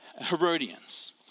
Herodians